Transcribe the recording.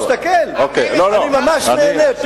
תסתכל, אני ממש נהנה.